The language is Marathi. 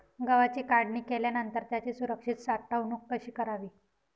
गव्हाची काढणी केल्यानंतर त्याची सुरक्षित साठवणूक कशी करावी?